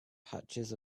patches